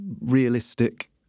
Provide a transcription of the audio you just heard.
realistic